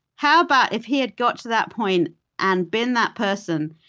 how about if he had got to that point and been that person,